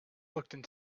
looked